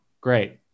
great